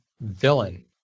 villain